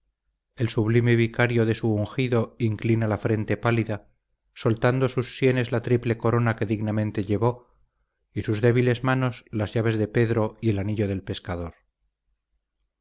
el sublime vicario de su ungido inclina la frente pálida soltando sus sienes la triple corona que dignamente llevó y sus débiles manos las llaves de pedro y el anillo del pescador